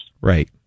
Right